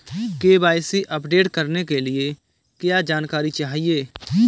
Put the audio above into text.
KYC update करने के लिए क्या जानकारी चाहिए?